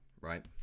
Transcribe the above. right